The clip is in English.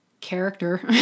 character